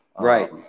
right